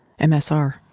MSR